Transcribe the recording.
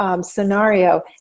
scenario